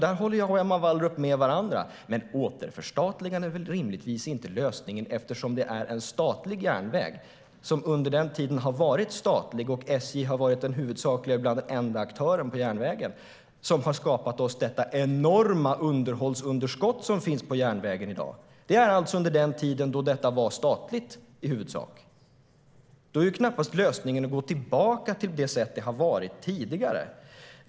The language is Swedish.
Där är Emma Wallrup och jag eniga, men återförstatligande är rimligtvis inte lösningen eftersom det är en statlig järnväg. Den har varit statlig, och SJ har varit den huvudsakliga, ibland den enda, aktören på järnvägen, vilket skapat det enorma underhållsunderskott som järnvägen har i dag. Det skedde alltså under den tid då den i huvudsak var statlig. Då är knappast lösningen att gå tillbaka till hur det har varit tidigare.